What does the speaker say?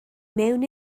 mewn